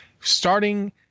starting